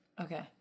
Okay